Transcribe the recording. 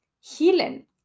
healing